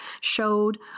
showed